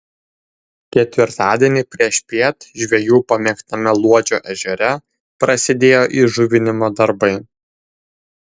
ketvirtadienį priešpiet žvejų pamėgtame luodžio ežere prasidėjo įžuvinimo darbai